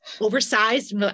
oversized